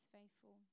faithful